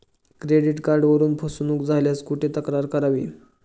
Credit कार्डवरून फसवणूक झाल्यास कुठे तक्रार करावी?